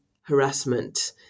harassment